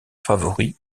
favori